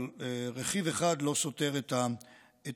רכיב אחד לא סותר את השני.